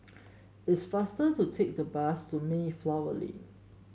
it's faster to take the bus to Mayflower Lane